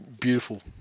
beautiful